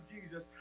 Jesus